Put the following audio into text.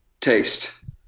taste